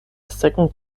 second